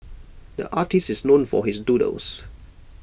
the artist is known for his doodles